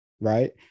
right